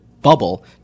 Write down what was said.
bubble